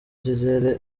gisele